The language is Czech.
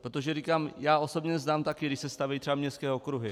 Protože říkám, já osobě znám taky, když se staví třeba městské okruhy.